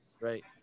Right